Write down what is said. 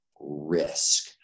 risk